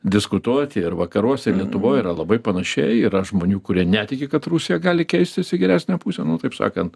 diskutuoti ir vakaruose ir lietuvoj yra labai panašiai yra žmonių kurie netiki kad rusija gali keistis į geresnę pusę nu taip sakant